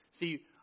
see